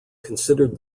considered